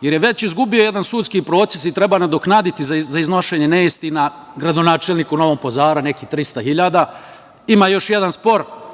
jer je već izgubio jedan sudski proces i treba nadoknaditi za iznošenje neistina gradonačelniku Novog Pazara nekih trista hiljada. Ima još jedan spor